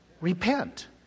repent